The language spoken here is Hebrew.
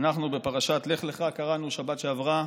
אנחנו בפרשת לך לך, קראנו אותה בשבת שעברה.